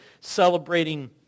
celebrating